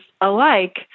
alike